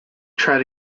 tried